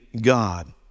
god